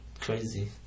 Crazy